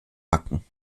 backen